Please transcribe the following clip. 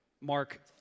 Mark